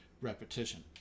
repetition